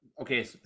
okay